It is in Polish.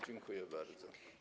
Dziękuję bardzo.